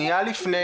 לפני